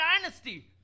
dynasty